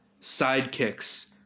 sidekicks